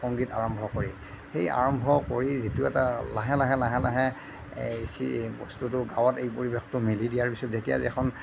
সংগীত আৰম্ভ কৰি সেই আৰম্ভ কৰি যিটো এটা লাহে লাহে লাহে লাহে এই বস্তুটো গাঁৱত এই পৰিৱেশটো মেলি দিয়াৰ পিছত যেতিয়া এখন